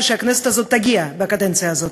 שהכנסת הזאת תגיע אליה בקדנציה הזאת.